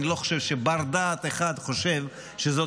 אני לא חושב שבר-דעת אחד חושב שזאת